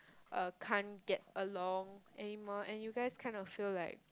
uh can't get along anymore and you guys kind of feel like